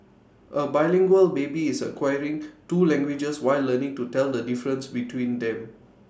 A bilingual baby is acquiring two languages while learning to tell the difference between them